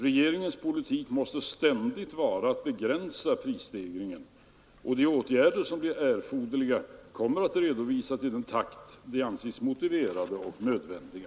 Regeringens politik måste ständigt vara att begränsa prisstegringen, och de åtgärder som blir erforderliga kommer att redovisas i den takt de anses motiverade och nödvändiga.